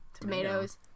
tomatoes